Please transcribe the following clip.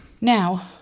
Now